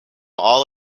all